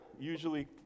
usually